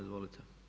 Izvolite.